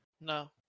No